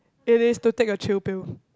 it is to take your chill pill